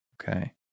Okay